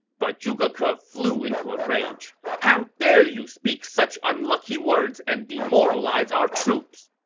but zhuge ke ah flew into a rage. how dare you speak such unlucky words and demoralize our troops!